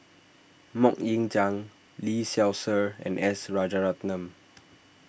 Mok Ying Jang Lee Seow Ser and S Rajaratnam